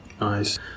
Nice